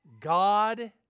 God